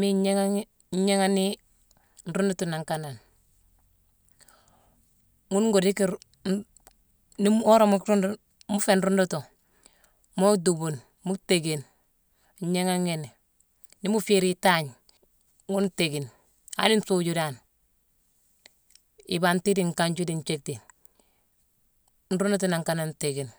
Miine ngnééghaghi- ngnééghani nruudutu nangh kanane. Ghune ngoo dické-ka-ruu-n-nii wora-mu-ruundu-mu féé nruundutu, moo duubune, mu téékine. Ngnééghaghini. Nii mu féérine itangne, ghune ntéékine. Ani nsooju dan. Ibanti dii nkanji dii nthiéckti, nruundutu nangh kanane ntéékine.